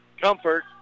Comfort